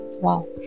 Wow